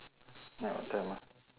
night what time ah